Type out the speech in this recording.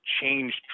changed